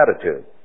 attitude